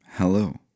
hello